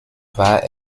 war